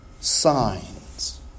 Signs